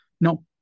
No